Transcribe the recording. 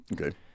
okay